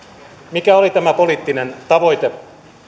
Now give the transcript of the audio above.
mikä oli tämä poliittinen tavoite